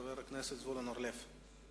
חבר הכנסת זבולון אורלב.